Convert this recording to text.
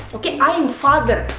okay. i am father,